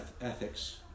Ethics